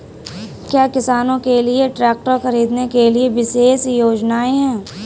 क्या किसानों के लिए ट्रैक्टर खरीदने के लिए विशेष योजनाएं हैं?